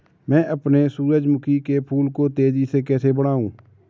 मैं अपने सूरजमुखी के फूल को तेजी से कैसे बढाऊं?